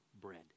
bread